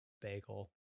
bagel